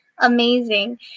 amazing